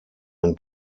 den